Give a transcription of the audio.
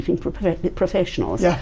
professionals